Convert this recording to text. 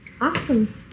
Awesome